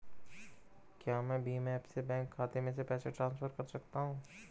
क्या मैं भीम ऐप से बैंक खाते में पैसे ट्रांसफर कर सकता हूँ?